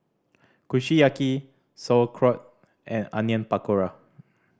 Kushiyaki Sauerkraut and Onion Pakora